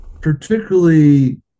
particularly